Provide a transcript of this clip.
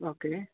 okay